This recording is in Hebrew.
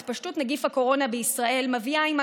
התפשטות נגיף הקורונה בישראל מביאה עימה